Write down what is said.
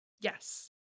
Yes